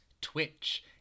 Twitch